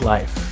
Life